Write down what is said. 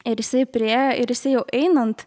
ir jisai priėjo ir jisai jau einant